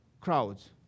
crowds